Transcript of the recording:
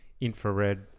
infrared